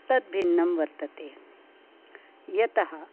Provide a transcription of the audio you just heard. तद्भिन्नं वर्तते यतः